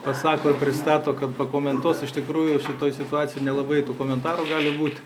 pasako pristato pakomentuos iš tikrųjų šitoj situacijoj nelabai tų komentarų gali būt